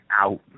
out